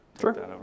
Sure